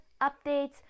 updates